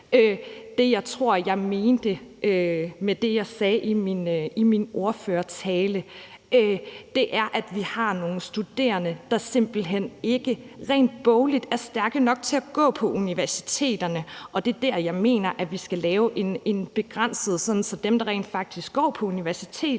Det, jeg tror at jeg mente med det, jeg sagde i min ordførertale, var, at vi har nogle studerende, der simpelt hen ikke er stærke nok rent bogligt til at gå på universitetet, og det er der, hvor jeg mener at vi skal lave en begrænsning, sådan at dem, der rent faktisk går på universitetet,